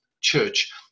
church